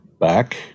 back